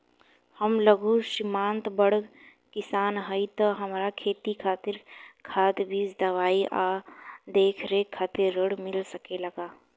हम लघु सिमांत बड़ किसान हईं त हमरा खेती खातिर खाद बीज दवाई आ देखरेख खातिर ऋण मिल सकेला का?